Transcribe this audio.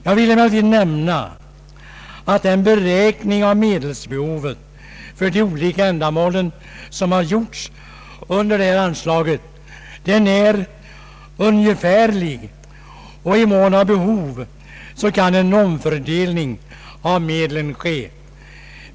Jag vill dock nämna att den beräkning av medelsbehovet för de olika ändamålen som gjorts under denna anslagspunkt är ungefärlig, och i mån av behov kan en omfördelning ske.